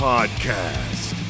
Podcast